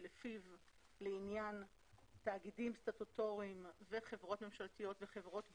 לפיו לעניין תאגידים סטטוטוריים וחברות ממשלתיות וחברות בנות,